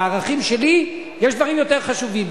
בערכים שלי יש דברים יותר חשובים.